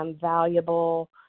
valuable